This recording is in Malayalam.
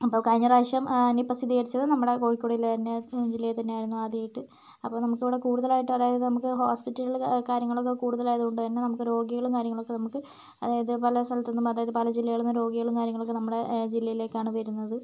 അപ്പോൾ കഴിഞ്ഞ പ്രാവശ്യം ആ നിപ്പ സ്ഥിരീകരിച്ചത് നമ്മുടെ കോഴിക്കോട് ജില്ലയിൽ തന്നെ ജില്ലയിൽ തന്നെയായിരുന്നു ആദ്യമായിട്ട് അപ്പോൾ നമുക്കവിടെ കൂടുതലായിട്ടും അതായത് നമുക്ക് ഹോസ്പിറ്റല് കാ കാര്യങ്ങളൊക്കെ കൂടുതലായത് കൊണ്ട് തന്നെ നമുക്ക് രോഗികളും കാര്യങ്ങളുമൊക്കെ നമുക്ക് ഇതേപോലെ സ്ഥലത്തെന്ന് അതായത് പല ജില്ലകളിൽ നിന്നും രോഗികള് കാര്യങ്ങളൊക്കെ നമ്മുടെ ജില്ലയിലേക്കാണ് വരുന്നത്